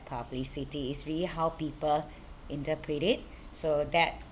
publicity it's really how people interpret it so that